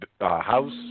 House